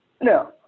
No